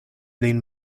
lin